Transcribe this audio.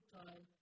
time